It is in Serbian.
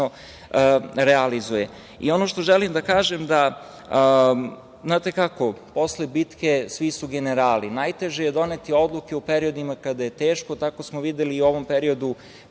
realizuje.I ono što želim da kažem, znate kako, posle bitke svi su generali. Najteže je doneti odluke u periodima kada je teško. Tako smo videli i u ovom periodu